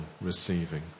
receiving